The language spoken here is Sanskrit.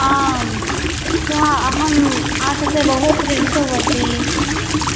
आं ह्यः अहम् आतपे बहु क्रीडितवती